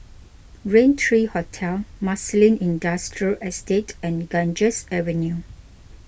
Raintree Hotel Marsiling Industrial Estate and Ganges Avenue